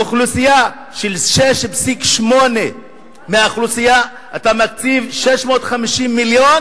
לאוכלוסייה של 6.8% מהאוכלוסייה אתה מקציב 650 מיליון,